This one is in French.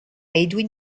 edwin